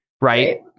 right